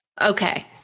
Okay